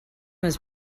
was